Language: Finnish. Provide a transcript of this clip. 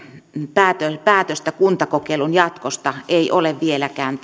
päätöstä kuntakokeilun jatkosta ei ole vieläkään